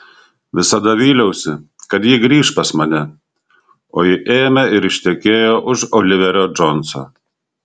visada vyliausi kad ji grįš pas mane o ji ėmė ir ištekėjo už oliverio džonso